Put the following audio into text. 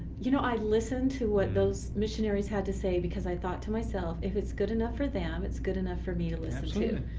you know, i listened to what those missionaries had to say because i thought to myself, if it's good enough for them, it's good enough for me to listen to.